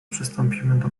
przystąpimy